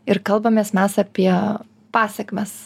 ir kalbamės mes apie pasekmes